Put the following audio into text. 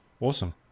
awesome